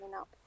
up